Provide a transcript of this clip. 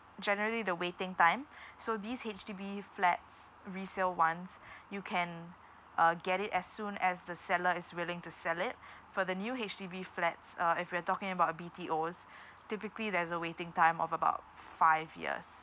generally the waiting time so these H_D_B flats resale ones you can uh get it as soon as the seller is willing to sell it for the new H_D_B flats uh if we're talking about B_T_Os typically there's a waiting time of about five years